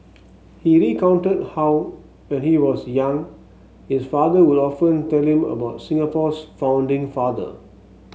he recounted how when he was young his father would often tell him about Singapore's founding father